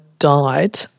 died